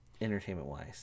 entertainment-wise